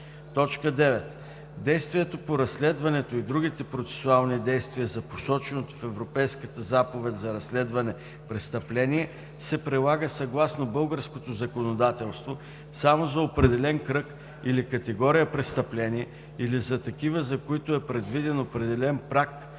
2; 9. действието по разследването и други процесуални действия за посоченото в Европейската заповед за разследване престъпление се прилага съгласно българското законодателство само за определен кръг или категория престъпления или за такива, за които е предвиден определен праг